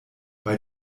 bei